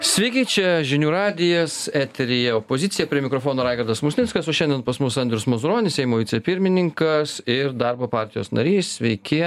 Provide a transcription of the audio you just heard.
sveiki čia žinių radijas eteryje opozicija prie mikrofono raigardas musnickas o šiandien pas mus andrius mazuronis seimo vicepirmininkas ir darbo partijos narys sveiki